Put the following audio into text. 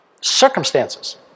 circumstances